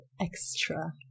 extra